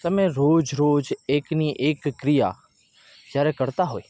તમે રોજ રોજ એકની એક ક્રિયા જ્યારે કરતા હોય